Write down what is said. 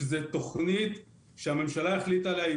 שזה תוכנית שהממשלה החליטה עליה,